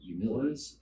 humility